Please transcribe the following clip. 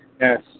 Yes